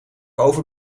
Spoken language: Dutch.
over